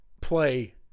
play